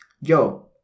yo